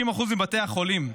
60% מבתי החולים,